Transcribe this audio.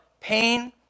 pain